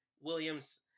Williams